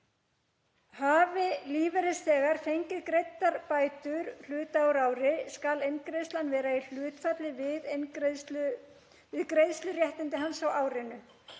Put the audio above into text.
Hafi lífeyrisþegi fengið greiddar bætur hluta úr ári skal eingreiðslan vera í hlutfalli við greiðsluréttindi hans á árinu.